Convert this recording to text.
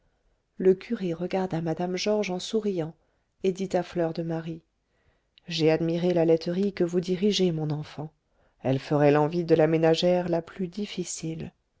le curé regarda mme georges en souriant et dit à fleur de marie j'ai admiré la laiterie que vous dirigez mon enfant elle ferait l'envie de la ménagère la plus difficile